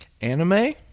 Anime